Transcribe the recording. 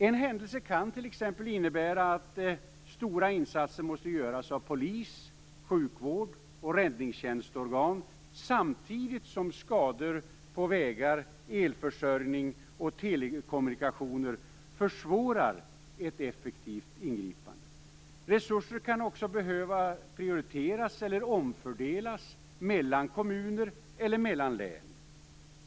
En händelse kan t.ex. innebära att stora insatser måste göras av polis, sjukvård och räddningstjänstorgan samtidigt som skador på vägar, elförsörjning och telekommunikationer försvårar ett effektivt ingripande. Man kan också behöva prioritera och omfördela resurser mellan kommuner eller mellan län.